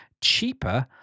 cheaper